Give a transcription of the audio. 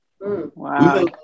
Wow